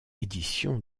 édition